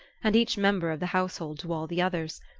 and each member of the household to all the others,